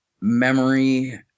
memory